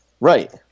Right